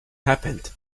happened